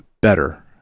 better